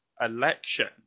election